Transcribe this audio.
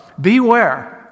beware